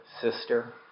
sister